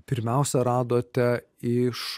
pirmiausia radote iš